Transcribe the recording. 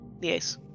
Yes